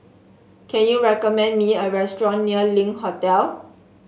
can you recommend me a restaurant near Link Hotel